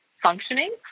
Functioning